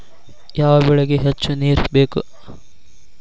ಯಾವ ಬೆಳಿಗೆ ಹೆಚ್ಚು ನೇರು ಬೇಕು?